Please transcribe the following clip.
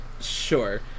Sure